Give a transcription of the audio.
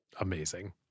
Amazing